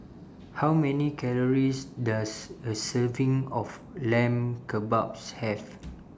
How Many Calories Does A Serving of Lamb Kebabs Have